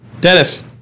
Dennis